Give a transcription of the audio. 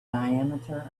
diameter